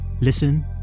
Listen